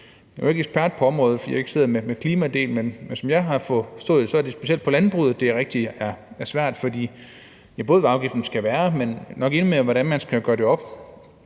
er jeg ikke ekspert på området, for jeg sidder ikke med klimadelen, men som jeg har forstået det, er det specielt på landbrugsområdet, det er rigtig svært. Det er både, hvad afgiften skal være, men nok endnu mere, hvordan man skal gøre det op.